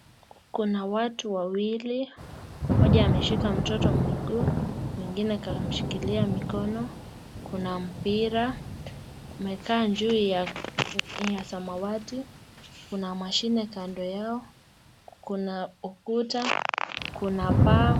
Kuna watu wawili, mmoja ameshika mtoto miguu, mwingine kamshikilia mikono. Kuna mpira umekaa juu ya samawati, kuna mashine kando yao, kuna ukuta, kuna paa.